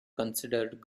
considered